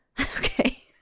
Okay